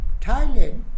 Thailand